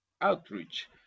outreach